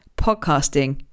podcasting